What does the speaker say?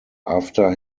after